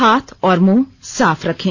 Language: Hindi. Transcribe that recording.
हाथ और मुंह साफ रखें